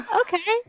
okay